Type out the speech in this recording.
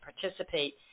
participate